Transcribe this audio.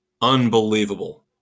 unbelievable